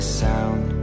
sound